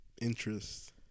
interest